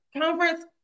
conference